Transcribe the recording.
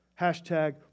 Hashtag